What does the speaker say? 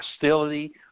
hostility